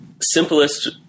simplest